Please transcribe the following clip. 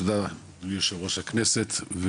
תודה ליושב-ראש הכנסת,